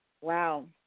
wow